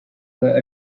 were